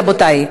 רבותי,